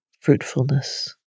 fruitfulness